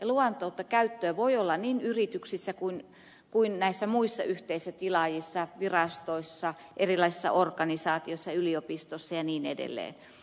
ja luvatonta käyttöä voi olla niin yrityksissä kuin näissä muissa yhteisötilaajissa virastoissa erilaisissa organisaatioissa yliopistoissa ja niin edelleen